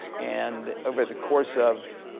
and over the course of,